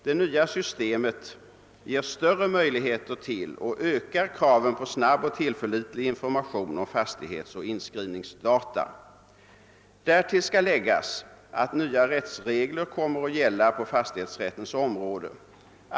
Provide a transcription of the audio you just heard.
Det nya systemet ger större möjligheter till och ökar kraven på snabb och tillförlitlig information om fastighetsoch inskrivningsdata. Härtill skall läggas att nya rättsregler kommer att gälla på fastighetsrättens område.